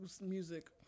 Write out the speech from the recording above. music